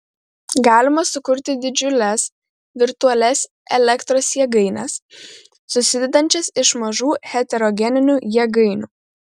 galima sukurti didžiules virtualias elektros jėgaines susidedančias iš mažų heterogeninių jėgainių